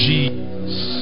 Jesus